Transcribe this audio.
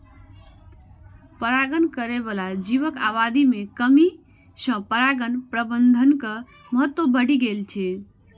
परागण करै बला जीवक आबादी मे कमी सं परागण प्रबंधनक महत्व बढ़ि गेल छै